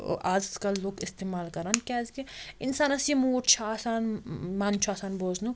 ٲں آز کَل لوٗکھ اِستعمال کَران کیٛازِکہِ اِنسانَس یہِ موٗڈ چھُ آسان مَن چھُ آسان بوزنُک